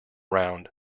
round